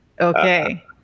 Okay